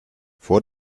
vor